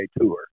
tour